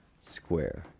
square